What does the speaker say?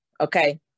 Okay